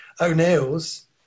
O'Neill's